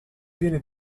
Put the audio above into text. viene